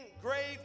Grave